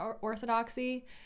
orthodoxy